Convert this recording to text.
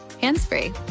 hands-free